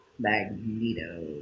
Magneto